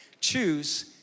Choose